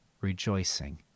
rejoicing